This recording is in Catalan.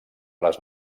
les